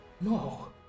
No